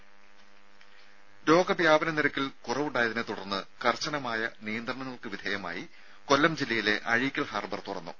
രും രോഗവ്യാപന നിരക്കിൽ കുറവുണ്ടായതിനെത്തുടർന്ന് കർശനമായ നിയന്ത്രണങ്ങൾക്ക് വിധേയമായി കൊല്ലം ജില്ലയിലെ അഴീക്കൽ ഹാർബർ തുറന്നു